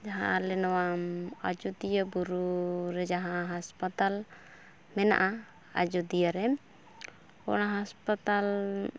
ᱡᱟᱦᱟᱸ ᱟᱞᱮ ᱱᱚᱣᱟ ᱟᱡᱚᱫᱤᱭᱟᱹ ᱵᱩᱨᱩᱻ ᱨᱮ ᱡᱟᱦᱟᱸ ᱦᱟᱸᱥᱯᱟᱛᱟᱞ ᱢᱮᱱᱟᱜᱼᱟ ᱟᱡᱚᱫᱤᱭᱟᱹ ᱨᱮ ᱚᱱᱟ ᱦᱟᱸᱥᱯᱟᱛᱟᱞ